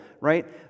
right